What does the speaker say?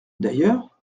d’ailleurs